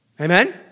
Amen